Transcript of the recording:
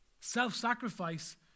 Self-sacrifice